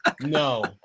no